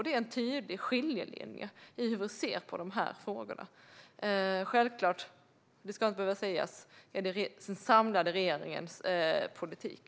Det är en tydlig skiljelinje i vår syn på de här frågorna. Självklart - det ska inte behöva sägas - är detta regeringens samlade politik.